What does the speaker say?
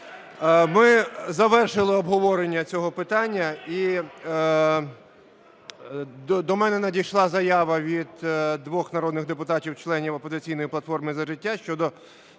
Ми завершили обговорення цього питання. І до мене надійшла заява від двох народних депутатів членів "Опозиційної платформи – За життя" щодо